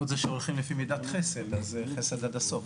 כישורים לקויים או ידע מקצועי חסר במילוי